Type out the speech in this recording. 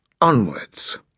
onwards